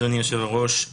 אדוני היושב-ראש,